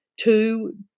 two